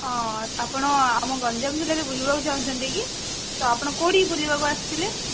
ହଁ ଆପଣ ଆମ ଗଞ୍ଜାମ ଜିଲ୍ଲାରେ ବୁଲବାକୁ ଚାହୁଁଛନ୍ତି କି ତ ଆପଣ କେଉଁଠିକି ବୁଲିବାକୁ ଆସିଥିଲେ